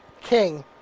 king